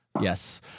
Yes